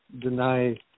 deny